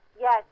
yes